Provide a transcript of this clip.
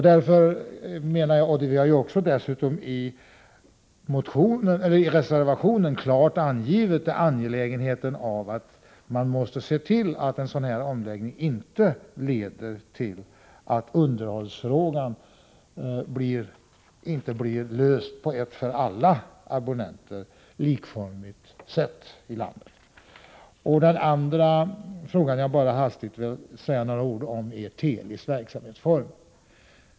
Vi har dessutom i reservationen klart angivit angelägenheten av att en sådan här omläggning inte leder till att underhållsfrågan inte blir löst på ett för alla abonnenter i landet likformigt sätt. Den andra fråga som jag hastigt vill säga några ord om är Telis verksamhetsform.